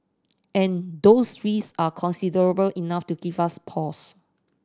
and those risk are considerable enough to give us pause